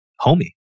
Homie